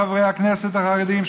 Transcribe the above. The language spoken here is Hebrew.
חברי הכנסת החרדים,